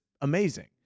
amazing